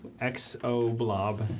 X-O-Blob